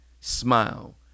smile